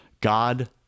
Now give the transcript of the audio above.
God